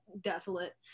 desolate